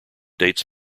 dates